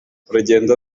urugendo